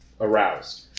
aroused